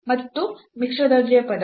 ಮತ್ತು ಮಿಶ್ರ ದರ್ಜೆಯ ಪದವು